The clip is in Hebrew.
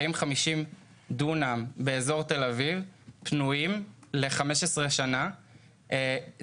50 דונם פנויים באזור תל אביב ל-15 שנה וזמינים